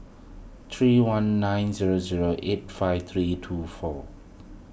three one nine zero zero eight five three two four